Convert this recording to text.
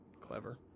Clever